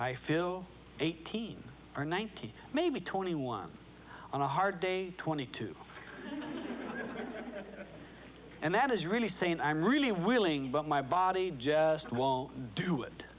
i feel eighteen or nineteen maybe twenty one on a hard day twenty two and that is really saying i'm really willing but my body just won't do it